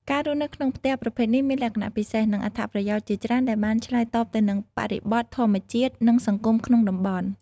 ការរស់នៅក្នុងផ្ទះប្រភេទនេះមានលក្ខណៈពិសេស និងអត្ថប្រយោជន៍ជាច្រើនដែលបានឆ្លើយតបទៅនឹងបរិបទធម្មជាតិ និងសង្គមក្នុងតំបន់ ។